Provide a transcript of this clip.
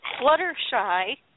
Fluttershy